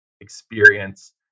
experience